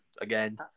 again